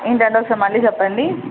ఏంటండి ఒకసారి మళ్ళీ చెప్పండి